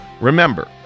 remember